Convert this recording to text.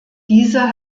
diese